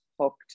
hooked